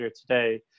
today